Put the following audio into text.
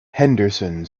henderson